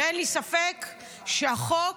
אין לי ספק שהחוק,